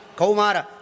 Kaumara